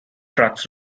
tracks